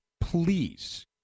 please